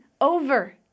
over